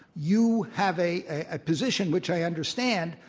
you have a ah position which i understand,